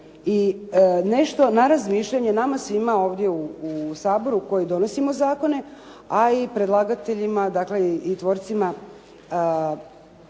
I nešto na razmišljanje nama svima ovdje u Saboru u kojem donosimo zakone, a i predlagateljima dakle i tvorcima